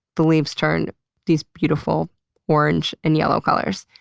the leaves turn these beautiful orange and yellow colors.